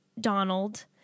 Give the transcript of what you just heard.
Donald